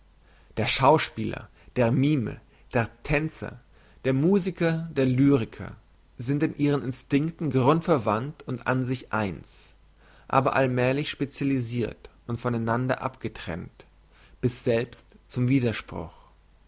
der schauspieler der mime der tänzer der musiker der lyriker sind in ihren instinkten grundverwandt und an sich eins aber allmählich spezialisirt und von einander abgetrennt bis selbst zum widerspruch